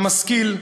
המשכיל,